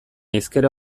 hizkera